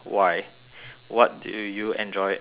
what do you enjoy exercising